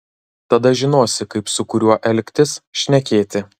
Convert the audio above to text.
tada žinosi kaip su kuriuo elgtis šnekėti